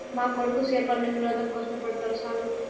మా కొడుకు చేపలను వినోదం కోసమే పడతాడు సారూ